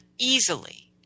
easily